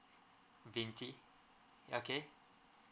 vinte okay